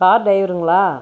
car டிரைவருங்களா